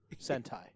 Sentai